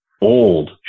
old